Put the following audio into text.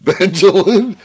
Benjamin